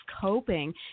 coping